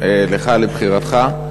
לך על בחירתך.